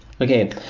Okay